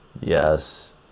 yes